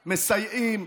מסייעים.